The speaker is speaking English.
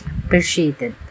appreciated